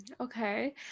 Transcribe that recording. Okay